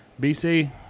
BC